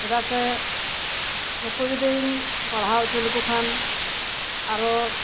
ᱪᱮᱫᱟᱜ ᱥᱮ ᱱᱩᱠᱩ ᱡᱩᱫᱤᱧ ᱯᱟᱲᱦᱟᱣ ᱪᱚ ᱞᱮᱠᱚ ᱠᱷᱟᱱ ᱟᱨᱚ